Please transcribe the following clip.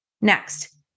Next